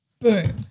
Boom